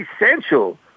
essential